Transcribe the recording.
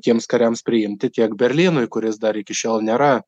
tiems kariams priimti tiek berlynui kuris dar iki šiol nėra